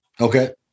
Okay